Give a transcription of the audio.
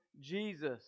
Jesus